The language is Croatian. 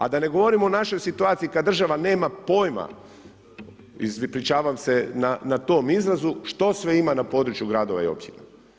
A da ne govorim o našoj situaciji, kada država nema pojama ispričavam se na tom izrazu, što ima sve na području gradova i općina.